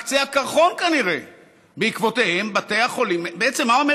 כנראה זה רק קצה הקרחון, בעקבותיהם בתי החולים.